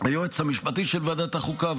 היועץ המשפטי של ועדת החוקה,